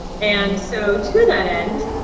and so to that end,